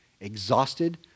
exhausted